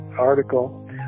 article